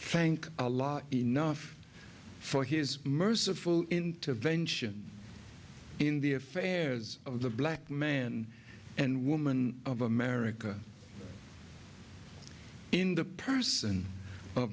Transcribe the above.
thank a lot enough for his merciful intervention in the affairs of the black man and woman of america in the person